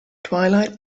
twilight